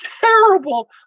terrible